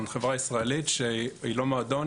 חברה ישראלית שהיא לא מועדון,